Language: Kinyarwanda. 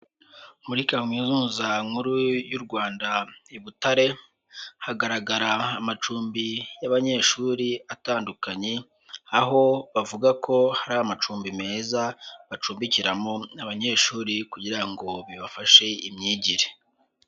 Muri kaminuza nkuru y'u Rwanda i Butare, hagaragara amacumbi y'abanyeshuri atandukanye, aho bavuga ko hari amacumbi meza bacumbikiramo abanyeshuri kugira ngo bibafashe imyigire.